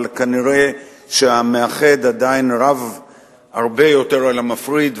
אבל כנראה המאחד עדיין הרבה יותר גדול מהמפריד,